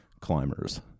climbers